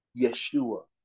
Yeshua